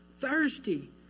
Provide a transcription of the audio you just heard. thirsty